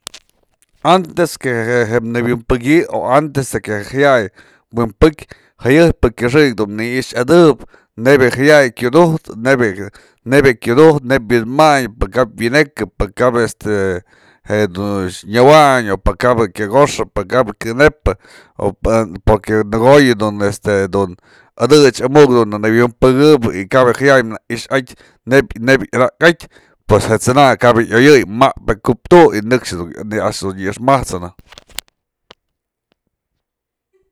Antes que je nëwyanpëkyë o antes que je jaya'ay wynpëk jëyëp kyëxëk në i'ixadëjëp nebyë je jaya'ay kyudujtë, nebya je kyudujtë, neyb wi'in mantyë pë kap wi'ineka, pë kap este jedun nyawany, pë kap kyëkoxë kyënepë porque në ko'o yë dun este adëch amukyë nëwyanpëkyë y kap je jaya'ay në i'ixat neyb anakatyë pues je t'sana'a kap je yoyëy map je ku'uptu y nëxë dun nyëxmajt'sënë.